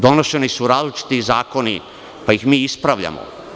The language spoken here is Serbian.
Donošeni su različiti zakoni, pa ih mi ispravljamo.